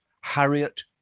Harriet